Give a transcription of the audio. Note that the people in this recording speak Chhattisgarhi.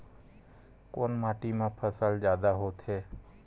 कोन माटी मा फसल जादा होथे?